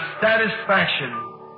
satisfaction